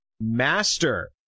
master